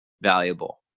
valuable